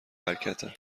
برکته